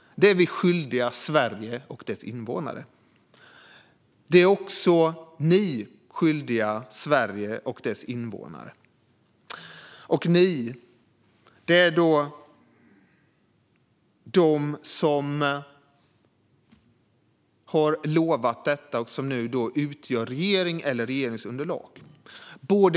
Det är vi skyldiga Sverige och dess invånare. Det är också ni skyldiga Sverige och dess invånare - "ni" är alltså de som har lovat detta och som nu utgör regering eller regeringsunderlag.